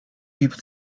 people